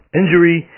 injury